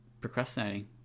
procrastinating